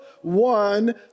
one